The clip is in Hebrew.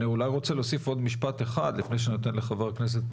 אני רוצה להוסיף עוד משפט אחד לפני שאני נותן לחבר הכנסת,